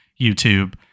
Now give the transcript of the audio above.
YouTube